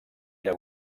era